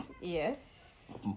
yes